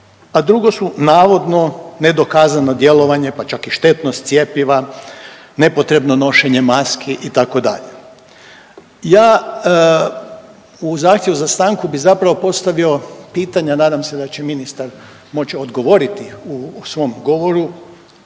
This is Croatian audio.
a drugo su navodno nedokazanu djelovanje pa čak i štetnost cjepiva, nepotrebno nošenje maski itd., ja u zahtjevu za stanku bi zapravo postavio pitanje, a nadam se da će ministar moć odgovoriti u svom govoru